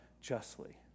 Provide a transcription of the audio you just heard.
justly